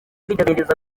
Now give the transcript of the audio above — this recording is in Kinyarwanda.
kwiteganyiriza